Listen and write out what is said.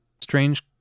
strange